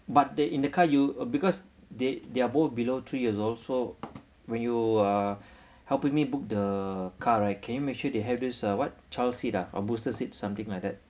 but they in the car you uh because they they are both below three year also so when you are helping me book the car right can you make sure they have this uh what child seat or booster seat something like that